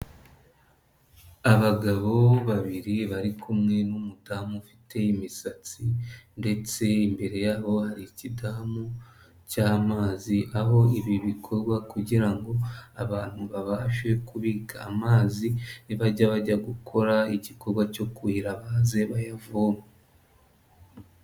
Abagabo babiri bari kumwe n'umudamu ufite imisatsi ndetse imbere yabo hari ikidamu cy'amazi aho ibi bikorwa kugira ngo abantu babashe kubika amazi, nibajya bajya gukora igikorwa cyo kuhira baze bayavome.